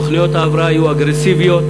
תוכניות ההבראה היו אגרסיביות.